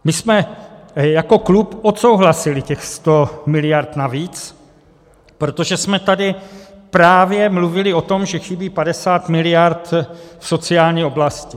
My jsme jako klub odsouhlasili těch 100 miliard navíc, protože jsme tady právě mluvili o tom, že chybí 50 miliard v sociální oblasti.